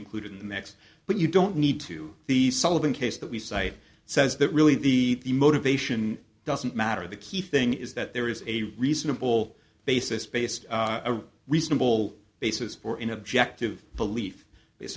included in the next but you don't need to be solving case that we cite says that really the motivation doesn't matter the key thing is that there is a reasonable basis based on a reasonable basis for an objective belief